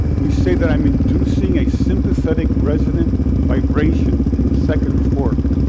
we say that i'm inducing a sympathetic resonant vibration in the second fork.